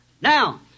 Now